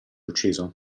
ucciso